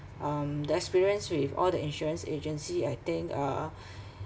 um the experience with all the insurance agency I think uh